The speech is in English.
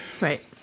Right